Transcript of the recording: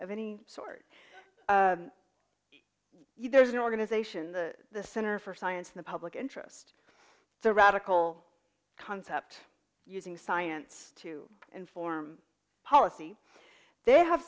of any sort there's an organization the center for science in the public interest the radical concept using science to inform policy they have